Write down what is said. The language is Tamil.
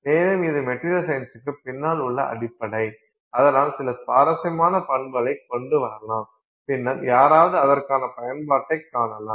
மேலும் இது மெட்டீரியல் சயின்ஸ்க்கு பின்னால் உள்ள அடிப்படை அதனால் சில சுவாரஸ்யமான பண்புகளைக் கொண்டு வரலாம் பின்னர் யாராவது அதற்கான பயன்பாட்டைக் காணலாம்